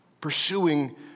pursuing